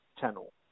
channel